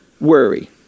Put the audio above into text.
worry